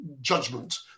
judgment